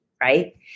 right